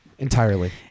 entirely